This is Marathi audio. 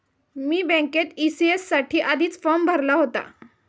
मी बँकेत ई.सी.एस साठी आधीच फॉर्म भरला होता